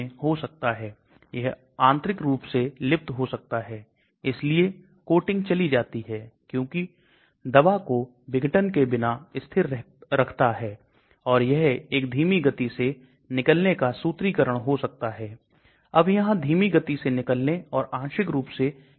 यह एक दवा का precursor है और इसे शरीर के अंदर उपापचय प्रक्रिया द्वारा एक रासायनिक रूपांतरण से गुजरना पड़ता है प्रक्रिया के दौरान दवा निकलती है जो कि सक्रिय औषधीय एजेंट द्वारा निकाली जाती है इसको एक prodrug कहते हैं